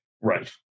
Right